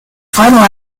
final